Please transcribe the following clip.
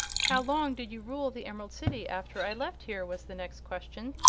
how long did you rule the emerald city, after i left here? was the next question.